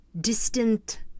distant